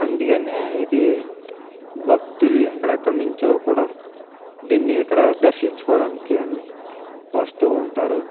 అందుకనే ఇది భక్తులు ఎక్కడెక్కడ నుంచో కూడా దీన్ని ఇక్కడ దర్శించుకోవడానికి వస్తూ ఉంటారు